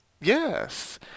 yes